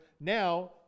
Now